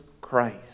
Christ